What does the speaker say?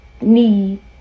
need